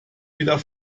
wieder